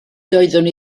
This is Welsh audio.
doeddwn